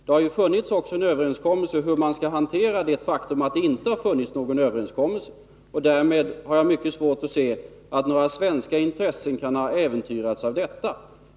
Det har ju funnits också en överenskommelse om hur man skall hantera det faktum, att det inte har funnits någon överenskommelse, och jag har mycket svårt att se att några svenska intressen kan ha äventyrats av detta.